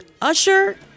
Usher